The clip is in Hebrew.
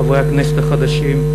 חברי הכנסת החדשים,